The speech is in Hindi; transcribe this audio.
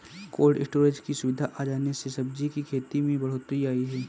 कोल्ड स्टोरज की सुविधा आ जाने से सब्जी की खेती में बढ़ोत्तरी आई है